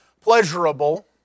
pleasurable